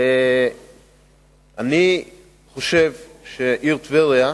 אני חושב שהעיר טבריה,